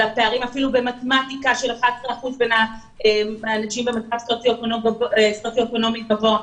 על פערים של 11% במתמטיקה לעומת מי שבמצב סוציו-אקונומי גבוה,